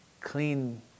clean